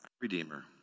Redeemer